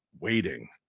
waiting